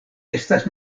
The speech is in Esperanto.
estas